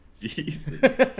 jesus